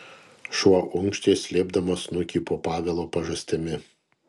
šuo unkštė slėpdamas snukį po pavelo pažastimi